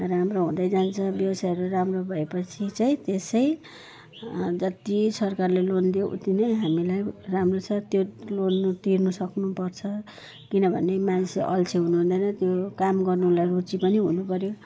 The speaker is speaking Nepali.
राम्रो हुँदै जान्छ व्यवसायहरू राम्रो भए पछि चाहिँ त्यसै जति सरकारले लोन दियो उति नै हामीलाई राम्रो छ त्यो लोन तिर्न सक्नु पर्छ किनभने मान्छे अल्छे हुनु हुँदैन त्यो काम गर्नुलाई रुचि पनि हुनु पर्यो